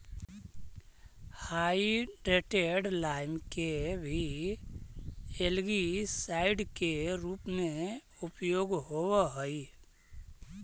hydrated lime के भी algicide के रूप में उपयोग होव हई